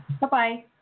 Bye-bye